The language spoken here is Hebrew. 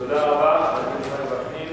תודה רבה לחבר הכנסת יצחק וקנין.